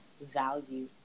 value